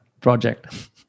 project